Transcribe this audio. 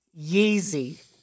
Yeezy